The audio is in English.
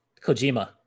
Kojima